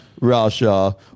Russia